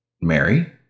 Mary